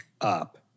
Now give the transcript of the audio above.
up